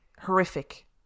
horrific